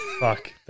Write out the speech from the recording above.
Fuck